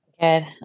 Good